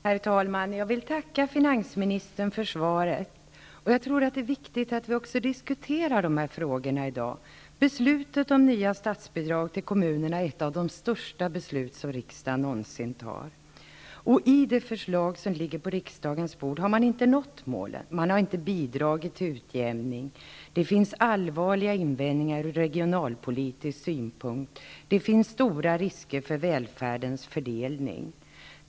Herr talman! Jag vill tacka finansministern för svaret. Jag tror att det är viktigt att vi i dag också diskuterar dessa frågor. Beslutet om nya statsbidrag till kommunerna är ett av de största beslut som riksdagen någonsin kommer att fatta. I det förslag som ligger på riksdagens bord har man inte nått målet. Man kommer inte att bidra till utjämning. Det finns allvarliga invändningar ur regionalpolitisk synpunkt och stora risker när det gäller välfärdens fördelning.